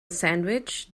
sandwich